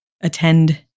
attend